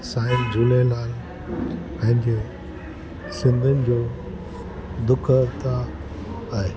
साईं झूलेलाल पंहिंजो सिंधियुनि जो दुख हरता आहे